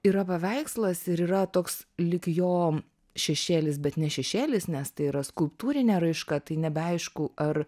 yra paveikslas ir yra toks lyg jo šešėlis bet ne šešėlis nes tai yra skulptūrinė raiška tai nebeaišku ar